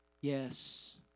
Yes